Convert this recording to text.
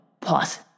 pause